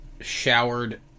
showered